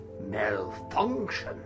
malfunction